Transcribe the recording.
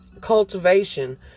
cultivation